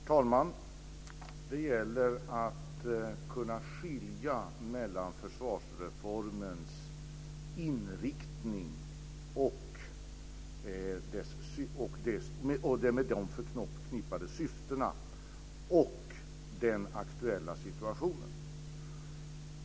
Herr talman! Det gäller att kunna skilja mellan försvarsreformens inriktning och de med den förknippade syftena och den aktuella situationen.